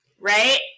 right